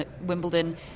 Wimbledon